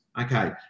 Okay